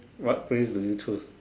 what phrase do you choose